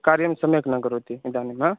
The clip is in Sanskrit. कार्यं सम्यक् न करोति इदानीं हा